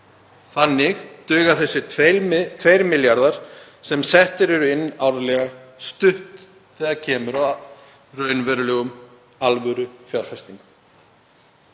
Þannig duga þessir 2 milljarðar sem settir eru inn árlega stutt þegar kemur að raunverulegum alvörufjárfestingum.